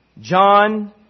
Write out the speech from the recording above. John